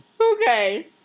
Okay